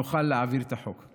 נוכל להעביר את החוק.